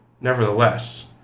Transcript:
Nevertheless